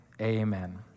amen